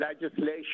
legislation